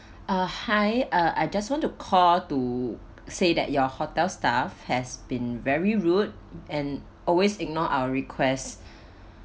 uh hi uh I just want to call to say that your hotel staff has been very rude and always ignore our request